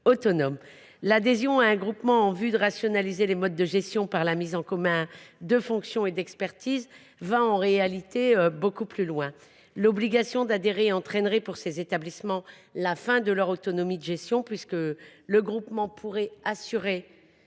autonomes. L’adhésion à un groupement en vue de rationaliser les modes de gestion par la mise en commun de fonctions et d’expertises va en réalité beaucoup plus loin. L’obligation d’adhérer entraînerait pour ces établissements la fin de leur autonomie de gestion puisque le groupement pourrait assurer